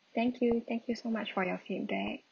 thank you thank you so much for your feedback